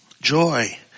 joy